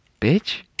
bitch